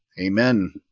Amen